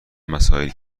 مسائلی